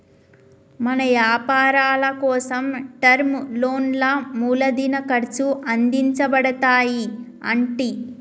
మన యపారాలకోసం టర్మ్ లోన్లా మూలదిన ఖర్చు అందించబడతాయి అంటి